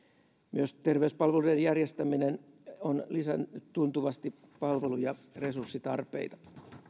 myös terveyspalveluiden järjestäminen on lisännyt tuntuvasti palvelu ja resurssitarpeita